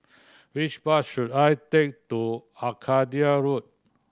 which bus should I take to Arcadia Road